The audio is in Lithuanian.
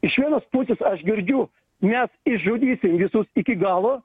iš vienos pusės aš girdžiu mes išžudysim visus iki galo